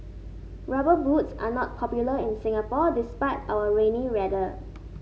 rubber boots are not popular in Singapore despite our rainy weather